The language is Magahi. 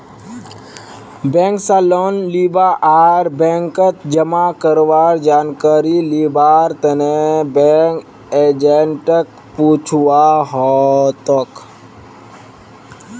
बैंक स लोन लीबा आर बैंकत जमा करवार जानकारी लिबार तने बैंक एजेंटक पूछुवा हतोक